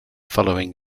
following